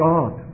God